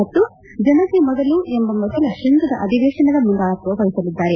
ಮತ್ತು ಜನತೆ ಮೊದಲು ಎಂಬ ಮೊದಲ ಶ್ವಂಗದ ಅಧಿವೇಶನದ ಮುಂದಾಳಾತ್ವ ವಹಿಸಲಿದ್ದಾರೆ